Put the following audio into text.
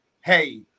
hey